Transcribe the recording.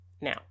Now